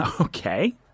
Okay